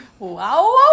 wow